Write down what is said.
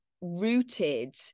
rooted